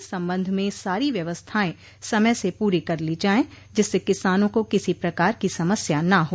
इस संबंध में सारी व्यवस्थाएं समय से पूरी कर ली जाये जिससे किसानों को किसी प्रकार की समस्या न हो